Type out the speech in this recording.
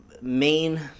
main